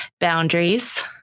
boundaries